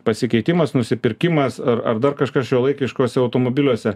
pasikeitimas nusipirkimas ar ar dar kažkas šiuolaikiškuose automobiliuose